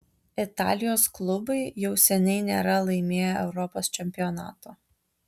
italijos klubai jau seniai nėra laimėję europos čempionato